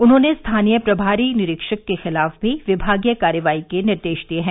उन्होंने स्थानीय प्रभारी निरीक्षक के खिलाफ भी विभागीय कार्रवाई के निर्देश दिए हैं